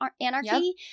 anarchy